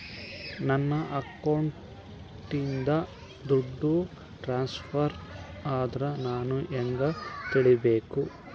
ನನ್ನ ಅಕೌಂಟಿಂದ ದುಡ್ಡು ಟ್ರಾನ್ಸ್ಫರ್ ಆದ್ರ ನಾನು ಹೆಂಗ ತಿಳಕಬೇಕು?